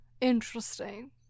Interesting